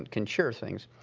and can cure things.